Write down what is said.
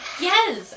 Yes